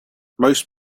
most